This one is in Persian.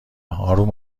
آروم